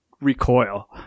recoil